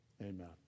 Amen